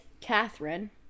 Catherine